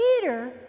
Peter